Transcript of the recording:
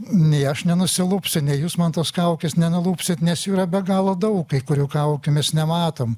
nei aš nenusilupsiu ne jūs man tos kaukės nenulupsit nes jų yra be galo daug kai kurių kaukių mes nematom